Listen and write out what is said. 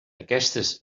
aquestes